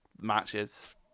matches